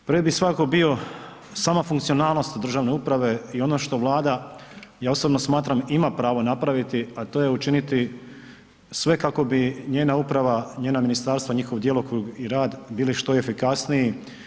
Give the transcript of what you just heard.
Prije bi svatko bio sama funkcionalnost državne uprave i ono što Vlada, ja osobno smatram, ima pravo napraviti, a to je učiniti sve kako bi njena uprava, njena ministarstva, njihov djelokrug i rad biti što efikasniji.